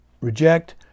reject